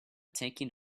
taking